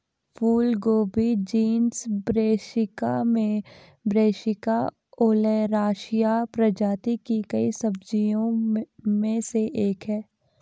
फूलगोभी genus Brassica में Brassica oleracea प्रजाति की कई सब्जियों में से एक है